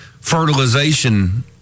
fertilization